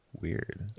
weird